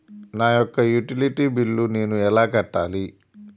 నా యొక్క utility bill నేను ఎలా కట్టాలి?